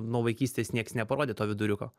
nuo vaikystės nieks neparodė to viduriuko